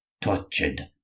tortured